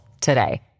today